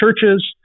churches